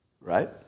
right